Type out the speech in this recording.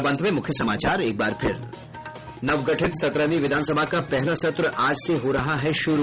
और अब अंत में मुख्य समाचार नवगठित सत्रहवीं विधानसभा का पहला सत्र आज से हो रहा है शुरू